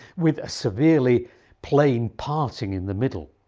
with a severely plain parting in the middle.